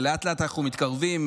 ולאט-לאט אנחנו מתקרבים,